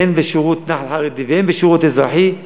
הן בשירות נח"ל חרדי והן בשירות אזרחי,